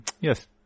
Yes